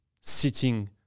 sitting